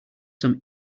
some